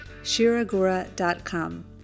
shiragura.com